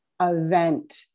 event